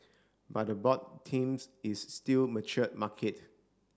but the board themes is still matured market